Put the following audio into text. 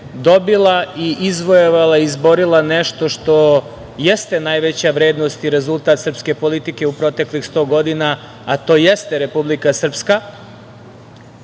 dobila i izvojevala, izborila nešto što jeste najveća vrednost i rezultat srpske politike u proteklih sto godina, a to jeste Republika Srpska.